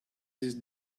these